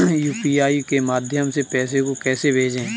UPI के माध्यम से पैसे को कैसे भेजें?